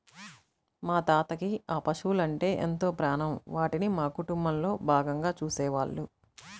మా తాతకి ఆ పశువలంటే ఎంతో ప్రాణం, వాటిని మా కుటుంబంలో భాగంగా చూసేవాళ్ళు